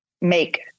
make